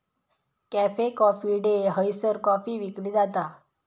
cafe Coffee Day हयसर coffee विकली जाता